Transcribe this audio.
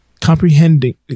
Comprehending